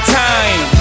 time